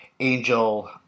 Angel